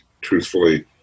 truthfully